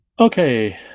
Okay